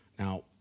Now